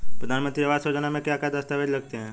प्रधानमंत्री आवास योजना में क्या क्या दस्तावेज लगते हैं?